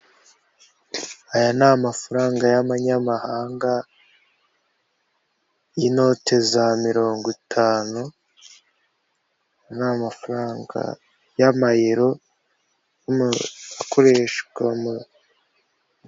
Aya ni amafaranga y'abanyamahanga y'inote za mirongo itanu n'amafaranga y'amayero akoreshwa.